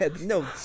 no